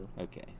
Okay